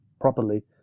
properly